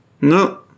no